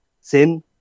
sin